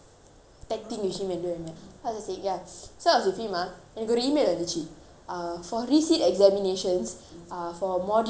what was I saying ya so I was looking ma எனக்கு ஒரு:enakku oru email வந்தது:vanthathu ah for resit examinations ah for module three four three for example